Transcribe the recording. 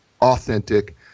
authentic